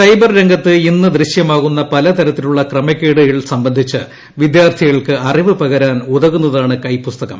cyber രംഗത്ത് ഇന്ന് ദൃശ്യമാകുന്ന പല തരത്തിലുള്ള ക്രമക്കേടുകൾ സംബന്ധിച്ച് വിദ്യാർത്ഥികൾക്ക് അറിവ് പകരാൻ ഉതകുന്നതാണ് കൈപ്പൂസ്തകം